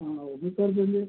हाँ वह भी कर देंगे